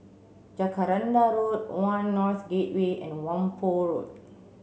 Jacaranda Road One North Gateway and Whampoa Road